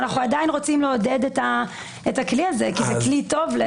ואנחנו עדיין רוצים לעודד את הכלי הזה כי זה כלי טוב.